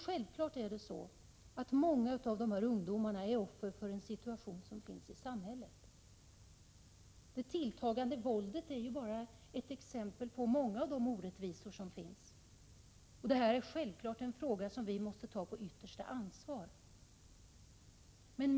Självfallet är många av dessa ungdomar offer för situationen i samhället. Det tilltagande våldet är ju bara ett exempel på de många orättvisor som finns, och detta är självfallet en fråga som vi måste ta på yttersta allvar.